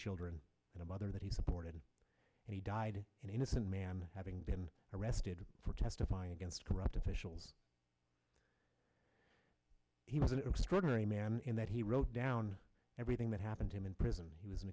children and a mother that he supported and he died an innocent man having been arrested for testifying against corrupt officials he was an extraordinary man in that he wrote down everything that happened to him in prison he was an